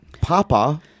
Papa